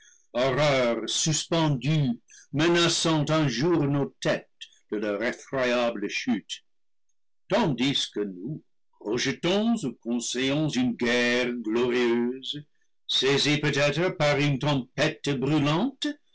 horreurs suspendues menaçant un jour nos têtes de leur effroyable chute tandis que nous projetons ou conseillons une guerre glorieuse saisis peut-être par une tempête brûlante